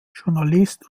journalist